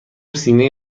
سینه